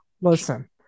listen